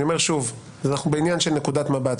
אני אומר שוב: אנחנו בעניין של נקודת מבט,